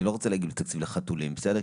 אני לא רוצה להגיד תקציב לחתולים, בסדר?